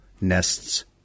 nests